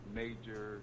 major